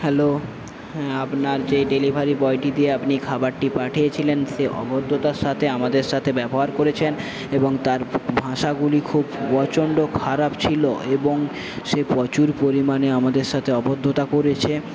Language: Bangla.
হ্যালো হ্যাঁ আপনার যে ডেলিভারি বয়টি দিয়ে আপনি খাবারটি পাঠিয়েছিলেন সে অভদ্রতার সাথে আমাদের সাথে ব্যবহার করেছে এবং তার ভাষাগুলি খুব প্রচণ্ড খারাপ ছিল এবং সে প্রচুর পরিমাণে আমাদের সাথে অভদ্রতা করেছে